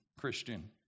Christian